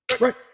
Right